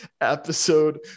Episode